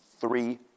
Three